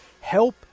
help